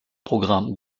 programm